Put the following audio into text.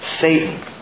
Satan